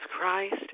Christ